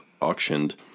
auctioned